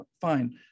Fine